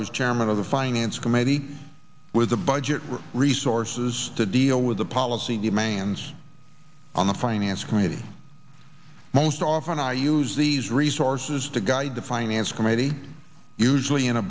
was chairman of the finance committee with a budget with resources to deal with the policy demands on the finance committee most often i use these resources to guide the finance committee usually in a